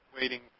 waiting